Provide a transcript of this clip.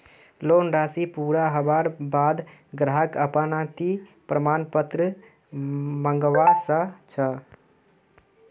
loan राशि पूरा हबार बा द ग्राहक अनापत्ति प्रमाण पत्र मंगवा स ख छ